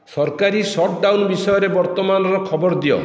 ସରକାରୀ shut down ବିଷୟରେ ବର୍ତ୍ତମାନର ଖବର ଦିଅ